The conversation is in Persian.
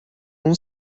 اون